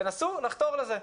תנסו לחתור לזה.